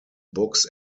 books